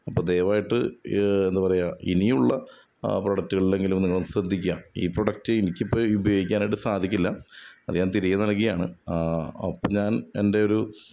അപ്പം ദയവായിട്ട് എന്താണ് പറയുക ഇനിയുള്ള പ്രോഡക്റ്റുകളിലെങ്കിലും നിങ്ങളൊന്ന് ശ്രദ്ധിക്കുക ഈ പ്രൊഡക്റ്റ് എനിക്കിപ്പം ഉപയോഗിക്കാനായിട്ട് സാധിക്കില്ല അത് ഞാൻ തിരികെ നൽകിയതാണ് അപ്പം ഞാൻ എൻ്റെ ഒരു